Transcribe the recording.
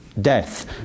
death